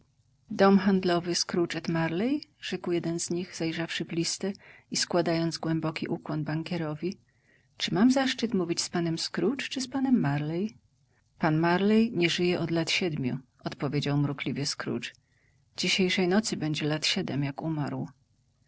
dom handlowy scrooge et marley rzekł jeden z nich zajrzawszy w listę i składając głęboki ukłon bankierowi czy mam zaszczyt mówić z panem scrooge czy z panem marley pan marley nie żyje od lat siedmiu odpowiedział mrukliwie scrooge dzisiejszej nocy będzie lat siedem jak umarł